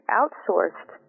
outsourced